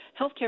healthcare